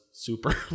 super